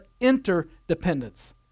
interdependence